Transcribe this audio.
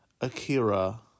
Akira